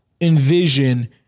envision